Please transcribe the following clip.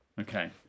Okay